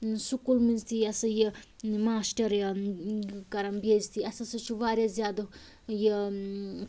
school مٔنٛز تہِ یِہِ ہسا یہِ ماسٹر یا کَران بے عزتی اسہِ ہَسا چھِ وارِیاہ زیادٕ یہِ